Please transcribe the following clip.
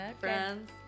friends